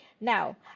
Now